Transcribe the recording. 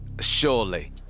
surely